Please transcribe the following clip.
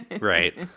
Right